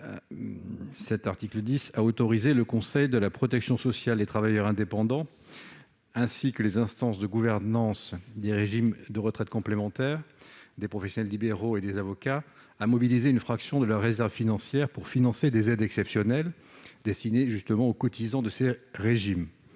sanitaire a autorisé le Conseil de la protection sociale des travailleurs indépendants, le CPSTI, ainsi que les instances de gouvernance des régimes de retraite complémentaires, des professionnels libéraux et des avocats à mobiliser une fraction de leurs réserves financières pour financer des aides exceptionnelles destinées aux cotisants de ces régimes.